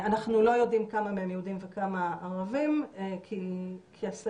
אנחנו לא יודעים כמה מהם יהודים וכמה ערבים כי הסקר